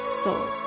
soul